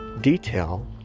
detail